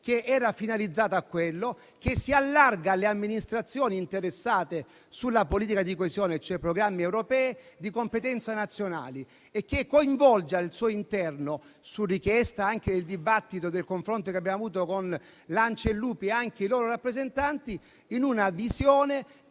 che era finalizzata a quello, che si allarga alle amministrazioni interessate alla politica di coesione, cioè programmi europei di competenza nazionale, e che coinvolge al suo interno, su richiesta avanzata dopo il confronto che abbiamo avuto con l'ANCI e l'UPI, anche i loro rappresentanti, in una visione